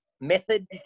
Method